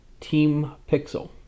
TeamPixel